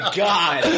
god